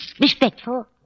respectful